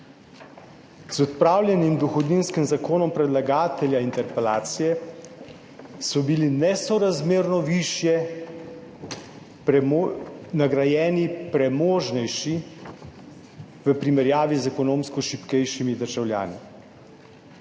Z odpravljenim dohodninskim zakonom predlagatelja interpelacije so bili nesorazmerno višje nagrajeni premožnejši v primerjavi z ekonomsko šibkejšimi državljani.